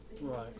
right